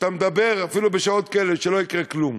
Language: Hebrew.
שאתה מדבר, אפילו בשעות כאלה, ולא קורה כלום,